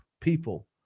people